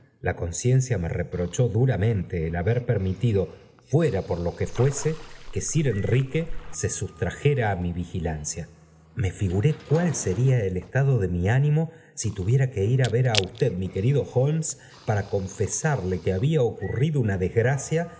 la conciencia me reprochó duramente el haber permitido fuera por lo que fuese que'sir ennque se suetrajera á mi vigilancia me figuré cuál sería el estado de mi ánimo si tuviera que ir querido holmes para confesarle que había ocurrido una desgracia